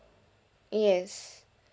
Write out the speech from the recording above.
yes